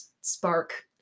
Spark